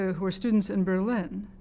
ah who are students in berlin,